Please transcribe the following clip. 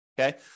okay